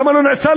למה הוא לא נעצר?